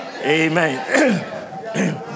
Amen